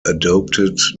adopted